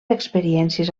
experiències